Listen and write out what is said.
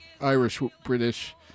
Irish-British